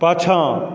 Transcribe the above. पछाँ